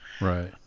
right